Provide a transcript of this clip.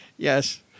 Yes